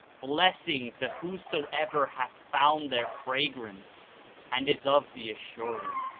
blessing to whosoever hath found their fragrance and is of the assured.